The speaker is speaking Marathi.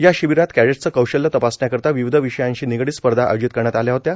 या शिबीरात कॅडेटस् कौशल्य तपासण्याकरिता विविध विषयांशी निगडीत स्पर्धा आयोजित करण्यात आल्या होत्या